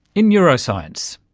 in neuroscience.